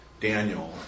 Daniel